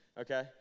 Okay